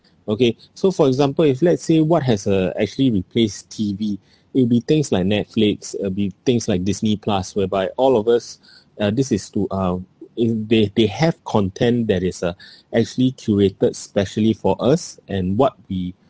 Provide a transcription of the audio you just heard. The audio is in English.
okay so for example if let's say what has uh actually replaced T_V it will be things like Netflix uh be things like Disney plus whereby all of us uh this is to uh if they they have content that is uh actually curated specially for us and what we